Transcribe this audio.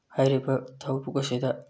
ꯍꯥꯏꯔꯤꯕ ꯊꯕꯛ ꯑꯁꯤꯗ